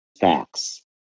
facts